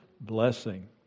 Blessing